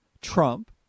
Trump